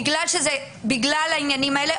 בגלל העניינים האלה,